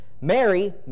Mary